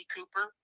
Cooper